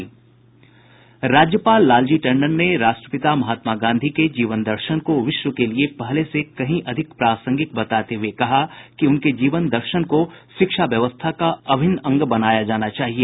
राज्यपाल लालजी टंडन ने राष्ट्रपिता महात्मा गांधी के जीवन दर्शन को विश्व के लिए पहले से कहीं अधिक प्रासंगिक बताते हुए कहा कि उनके जीवन दर्शन को शिक्षा व्यवस्था का अभिन्न अंग बनाया जाना चाहिए